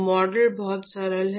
तो मॉडल बहुत सरल है